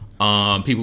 People